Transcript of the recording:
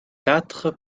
quatre